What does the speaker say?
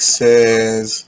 says